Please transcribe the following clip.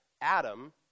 Adam